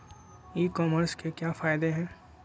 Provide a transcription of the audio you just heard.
ई commerce के क्या फायदे हैं?